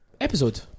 Episode